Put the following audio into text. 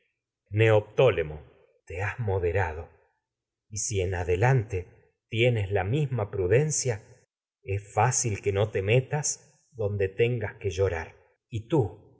donde tetes te has moderado es y si en adelante te a la misma prudencia fácil que no metas tengas que llorar y tú